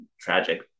tragic